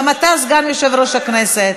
גם אתה סגן יושב-ראש הכנסת,